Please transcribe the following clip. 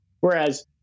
Whereas